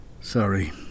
Sorry